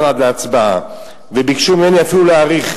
עד להצבעה ואפילו ביקשו ממני להאריך,